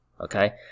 okay